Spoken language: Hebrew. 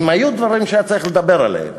אם היו דברים שהיה צריך לדבר עליהם